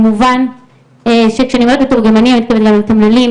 כמובן שכשאני אומת מתמללים אני מתכוונת גם למתורגמנים,